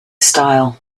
style